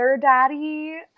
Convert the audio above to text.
daddy